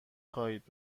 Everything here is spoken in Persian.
خواهید